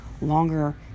longer